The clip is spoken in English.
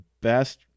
best